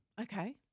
Okay